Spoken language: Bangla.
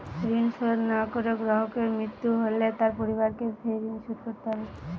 ঋণ শোধ না করে গ্রাহকের মৃত্যু হলে তার পরিবারকে সেই ঋণ শোধ করতে হবে?